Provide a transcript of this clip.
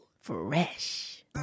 Fresh